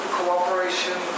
cooperation